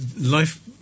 life